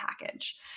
package